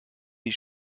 die